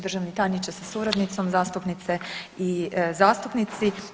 Državni tajniče sa suradnicom, zastupnice i zastupnici.